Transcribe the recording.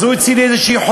אז הוא הוציא לי איזה חוברת.